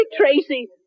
Tracy